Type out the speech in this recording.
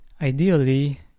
Ideally